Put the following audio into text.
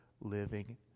living